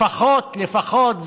לפחות,